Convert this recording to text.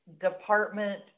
department